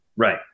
Right